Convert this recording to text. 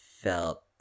felt